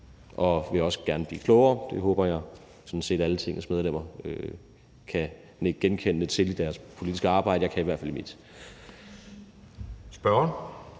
og vil også gerne blive klogere – det håber jeg sådan set alle Tingets medlemmer kan nikke genkendende til i deres politiske arbejde; jeg kan i hvert fald i mit. Kl.